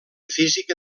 física